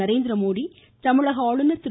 நரேந்திரமோடி தமிழக ஆளுநர் திரு